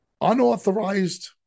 Unauthorized